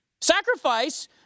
Sacrifice